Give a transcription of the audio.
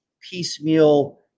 piecemeal